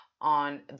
on